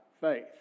faith